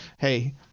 Hey